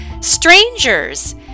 strangers